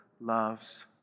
loves